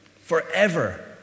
Forever